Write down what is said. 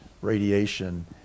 radiation